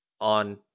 on